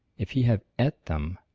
if he have eat them,